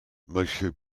monsieur